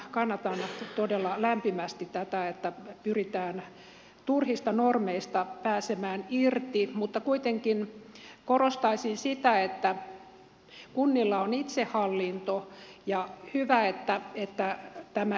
kannatan todella lämpimästi tätä että pyritään turhista normeista pääsemään irti mutta kuitenkin korostaisin sitä että kunnilla on itsehallinto ja hyvä että tämä edelleen on voimassa